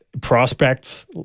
prospects